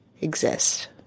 exist